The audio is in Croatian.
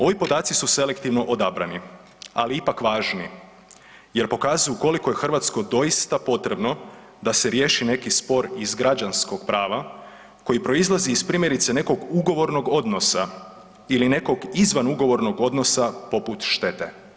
Ovi podaci su selektivno odabrani, ali ipak važni jer pokazuju koliko je Hrvatskoj doista potrebno da se riješi neki spor iz građanskog prava koji proizlazi iz primjerice nekog ugovornog odnosa ili nekog izvan ugovornog odnosa poput štete.